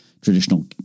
traditional